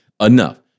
enough